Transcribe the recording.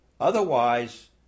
Otherwise